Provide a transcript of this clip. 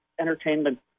entertainment